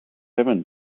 seven